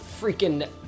freaking